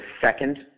second